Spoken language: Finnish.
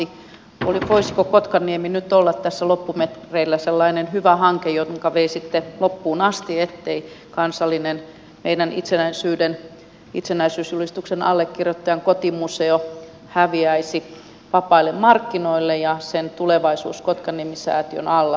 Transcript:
voisiko kotkaniemi nyt olla tässä loppumetreillä sellainen hyvä hanke jonka veisitte loppuun asti ettei meidän kansallinen itsenäisyysjulistuksen allekirjoittajan kotimuseo häviäisi vapaille markkinoille ja että sen tulevaisuus kotkaniemi säätiön alla olisi turvattu